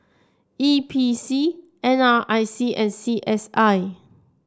E P C N R I C and C S I